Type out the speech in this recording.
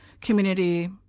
community